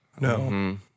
No